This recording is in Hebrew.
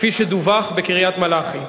כפי שדווח בקריית-מלאכי.